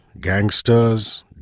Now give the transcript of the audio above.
gangsters